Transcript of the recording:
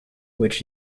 which